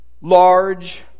large